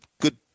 good